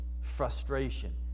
frustration